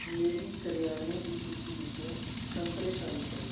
ਮੇਰੀ ਕਰਿਆਨੇ ਦੀ ਸੂਚੀ ਵਿੱਚ ਸੰਗਤਰੇ ਸ਼ਾਮਲ ਕਰੋ